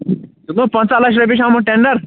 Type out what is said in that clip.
دوٚپمو پنٛژاہ لَچھ رۄپیہِ چھُ آمُت ٹٮ۪نٛڈَر